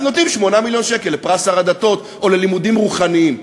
אז נותנים 8 מיליון שקלים לפרס שר הדתות או ללימודים רוחניים.